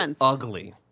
ugly